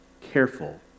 careful